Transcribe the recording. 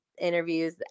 interviews